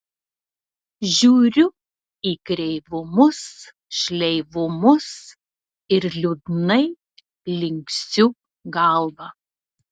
žiūriu į kreivumus šleivumus ir liūdnai linksiu galvą